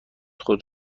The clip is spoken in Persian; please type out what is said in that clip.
خود